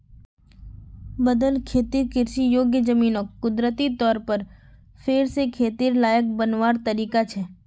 बदल खेतिर कृषि योग्य ज़मीनोक कुदरती तौर पर फेर से खेतिर लायक बनवार तरीका छे